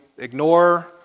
Ignore